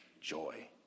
joy